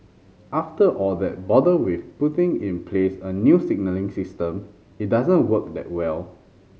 after all that bother with putting in place a new signalling system it doesn't work that well